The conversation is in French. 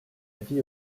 vie